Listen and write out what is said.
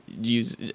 use